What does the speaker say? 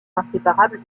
inséparable